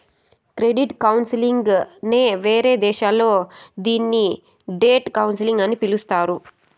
credit counselling నే వేరే దేశాల్లో దీన్ని డెట్ కౌన్సిలింగ్ అని పిలుత్తారు